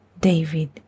David